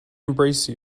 embrace